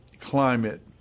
climate